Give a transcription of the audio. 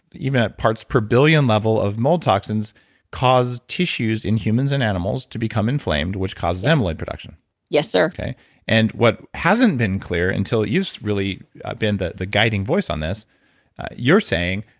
even at parts per billion level of mold toxins cause tissues in humans and animals to become inflamed, which causes amyloid production yes, sir and what hasn't been clear until. you've really been the the guiding voice on this you're saying,